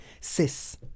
Cis